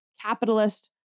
capitalist